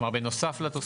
כלומר, בנוסף לתוספת.